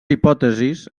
hipòtesis